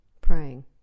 praying